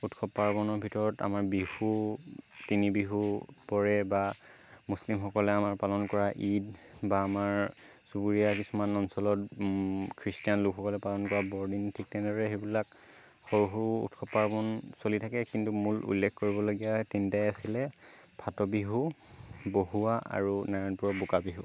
উৎসৱ পাৰ্বণৰ ভিতৰত আমাৰ বিহু তিনি বিহু পৰে বা মুছলিমসকলে আমাৰ পালন কৰা ঈদ বা আমাৰ চুবুৰীয়া কিছুমান অঞ্চলত খ্ৰীষ্টানলোকসকলে পালন কৰা বৰদিন তেনেদৰে সেইবিলাক সৰু সৰু উৎসৱ পাৰ্বণ চলি থাকে কিন্তু মূল উল্লেখ কৰিবলগীয়া তিনিটাই আছিলে ফাট বিহু বহুৱা আৰু নাৰায়ণপুৰৰ বোকা বিহু